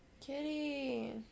Kitty